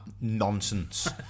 nonsense